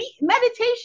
meditation